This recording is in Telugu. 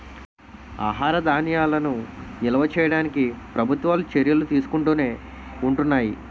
ఆహార ధాన్యాలను నిల్వ చేయడానికి ప్రభుత్వాలు చర్యలు తీసుకుంటునే ఉంటున్నాయి